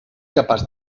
capaç